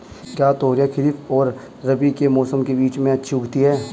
क्या तोरियां खरीफ और रबी के मौसम के बीच में अच्छी उगती हैं?